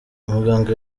umuganga